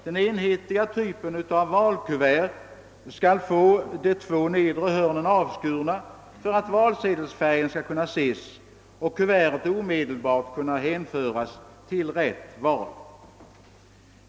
Den enhetliga typen av valkuvert skall få de två nedersta hörnen avskurna för att valsedelsfärgen skall kunna ses och kuvertet omedelbart kunna hänföras till rätt val.